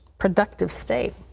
productive state.